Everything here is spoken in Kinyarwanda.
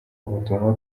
ubutumwa